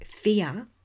fear